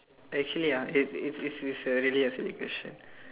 actually ah it it is a really a silly question